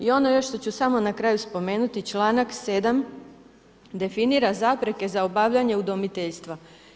I ono još ću samo na kraju spomenuti, članak 7. definira zapreke za obavljanje udomiteljstva.